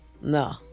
No